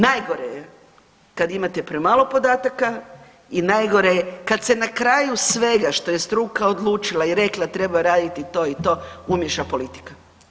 Najgore je kad imate premalo podataka i najgore je kad se na kraju svega što je struka odlučila i rekla, treba raditi to i to, umiješa politika.